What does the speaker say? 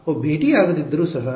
ಅವು ಭೇಟಿಯಾಗದಿದ್ದರೂ ಸಹ